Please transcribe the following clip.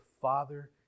Father